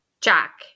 Jack